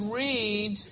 read